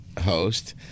host